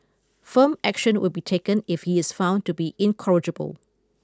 firm action will be taken if he is found to be incorrigible